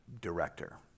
director